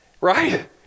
Right